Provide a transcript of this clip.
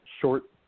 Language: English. short